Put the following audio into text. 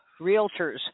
realtors